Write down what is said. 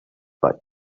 but